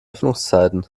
öffnungszeiten